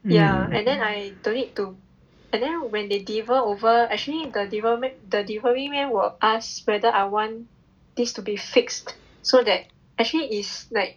ya and then I don't need to and then when they deliver over actually the deliver the delivery man will ask whether I want this to be fixed so that actually is like